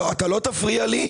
אל תפריע לי.